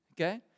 okay